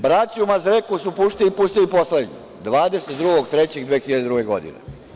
Braću Mazreku su pustili poslednje, 22.3.2002. godine.